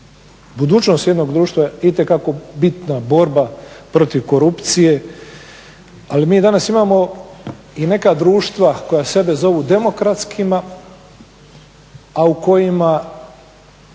budućnost jednog društva itekako bitna borba protiv korupcije. Ali mi danas imamo i neka društva koja sebe zovu demokratskima, a u kojima